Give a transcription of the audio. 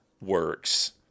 works